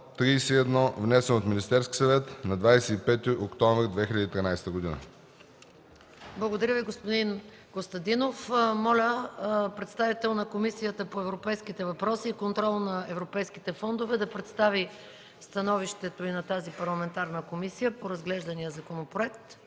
внесен от Министерския съвет на 25 октомври 2013 г.” ПРЕДСЕДАТЕЛ МАЯ МАНОЛОВА: Благодаря Ви, господин Костадинов. Моля представител на Комисията по европейските въпроси и контрол на европейските фондове да представи становището на тази парламентарна комисия по разглеждания законопроект.